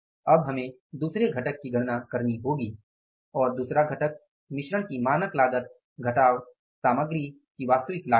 अब हमें दूसरे घटक की गणना करनी होगी और दूसरा घटक मिश्रण की मानक लागत घटाव सामग्री इस्तेमाल की हुई की वास्तविक लागत है